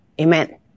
Amen